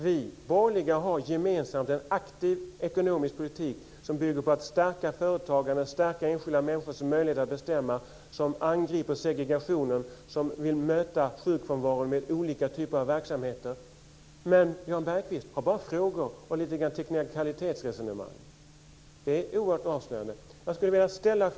Vi borgerliga har gemensamt en aktiv ekonomisk politik som bygger på att stärka företagandet och på att stärka enskilda människors möjligheter att bestämma, som angriper segregationen och där det finns en vilja att möta sjukfrånvaron med olika typer av verksamheter. Men Jan Bergqvist har bara frågor och lite teknikalitetsresonemang; det är oerhört avslöjande.